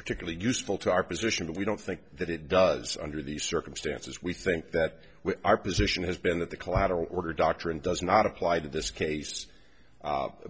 particularly useful to our position that we don't think that it does under these circumstances we think that when our position has been that the collateral order doctrine does not apply this case